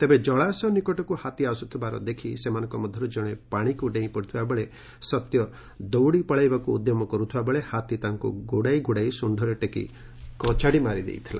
ତେବେ ଜଳାଶୟ ନିକଟକୁ ହାତୀ ଆସୁଥିବା ଦେଖ୍ ସେମାନଙ୍କ ମଧ୍ଧରୁ ଜଣେ ପାଶିକୁ ଡେଇଁ ପଡ଼ିଥିବା ବେଳେ ସତ୍ୟ ଦୌଡ଼ି ପଳାଇବାକୁ ଉଦ୍ୟମ କରୁଥିବା ବେଳେ ହାତୀ ତାଙ୍କୁ ଗୋଡ଼ାଇ ଗୋଡ଼ାଇ ଶୁକ୍ଷରେ ଟେକି କଚାଡ଼ି ମାରିଦେଇଥିଲା